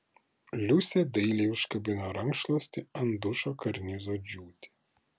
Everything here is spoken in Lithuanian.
liusė dailiai užkabino rankšluostį ant dušo karnizo džiūti